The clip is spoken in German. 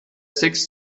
sechs